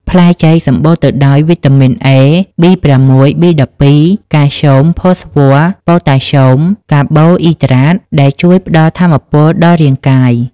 ផ្លែចេកសម្បូរទៅដោយវីតាមីន A B6 B12 កាល់ស្យូម ផូស្វ័រ ប៉ូតាស្យូម កាបូអ៊ីដ្រាត ដែលជួយផ្តល់ថាមពលដល់រាងកាយ។